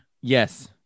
Yes